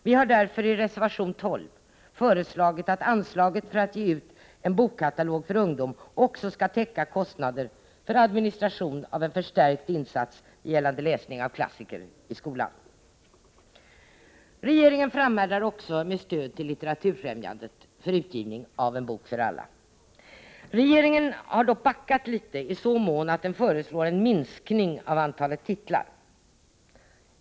Vi har därför i reservation 12 föreslagit att anslaget för att ge ut en bokkatalog för ungdom också skall täcka kostnader för administration av en förstärkt insats gällande läsning av klassiker i skolan. Regeringen framhärdar också med stöd till Litteraturfrämjandet för utgivning av En bok för alla. Regeringen har dock backat litet i så mån att den föreslår en minskning av antalet titlar.